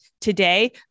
today